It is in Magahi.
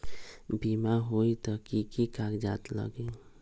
बिमा होई त कि की कागज़ात लगी?